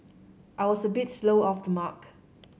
I was a bit slow off the mark